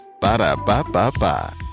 Ba-da-ba-ba-ba